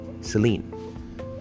Celine